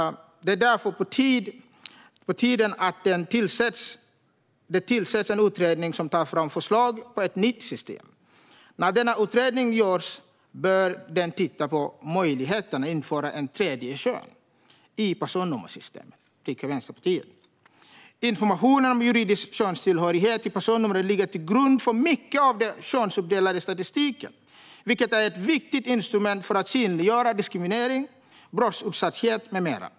Det är därför på tiden att det tillsätts en utredning som tar fram förslag på ett nytt system. När denna utredning görs tycker Vänsterpartiet att den bör titta på möjligheten att införa ett tredje kön i personnummersystemet. Informationen om juridisk könstillhörighet i personnumret ligger till grund för mycket av den könsuppdelade statistiken, vilken är ett viktigt instrument för att synliggöra diskriminering, brottsutsatthet med mera.